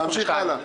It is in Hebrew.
להמשיך הלאה.